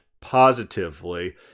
positively